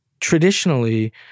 Traditionally